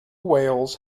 whales